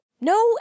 No